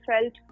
felt